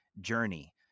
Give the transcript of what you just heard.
journey